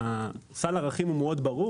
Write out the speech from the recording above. סל הערכים הוא מאוד ברור,